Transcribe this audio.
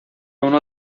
uno